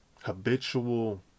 habitual